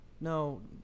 No